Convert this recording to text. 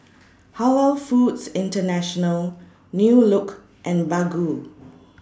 Halal Foods International New Look and Baggu